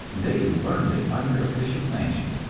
they learned it under official sanction.